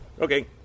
Okay